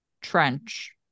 Trench